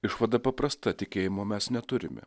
išvada paprasta tikėjimo mes neturime